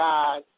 God